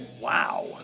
Wow